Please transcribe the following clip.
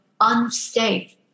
unsafe